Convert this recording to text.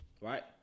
right